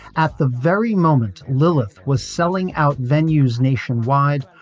at the very moment lillith was selling out venues nationwide,